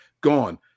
gone